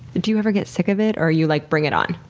do you ever get sick of it, or are you like, bring it on?